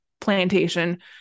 plantation